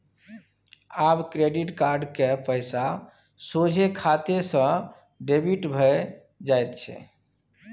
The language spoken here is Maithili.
आब क्रेडिट कार्ड क पैसा सोझे खाते सँ डेबिट भए जाइत छै